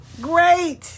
great